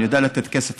אני יודע לתת כסף,